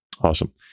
awesome